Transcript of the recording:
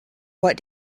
what